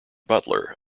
butler